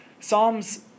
psalm's